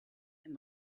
and